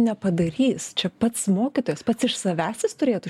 nepadarys čia pats mokytojas pats iš savęs jis turėtų